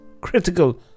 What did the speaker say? critical